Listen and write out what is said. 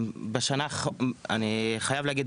אני חייב להגיד,